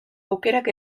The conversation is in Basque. aukerak